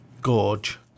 gorge